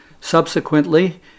Subsequently